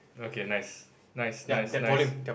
okay nice nice nice nice